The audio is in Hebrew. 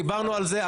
דיברנו על זה.